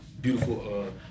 beautiful